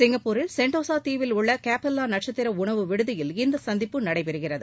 சிங்கப்பூரில் சென்டோசா தீவில் உள்ள கேப்பல்லா நட்சத்திர உணவு விடுதியில் இந்த சந்திப்பு நடைபெறுகிறது